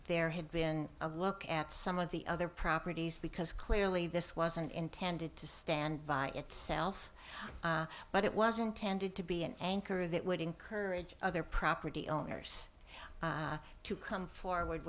there had been a look at some of the other properties because clearly this wasn't intended to stand by itself but it was intended to be an anchor that would encourage other property owners to come forward